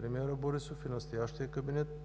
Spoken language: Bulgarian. премиера Борисов и настоящия кабинет,